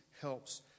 helps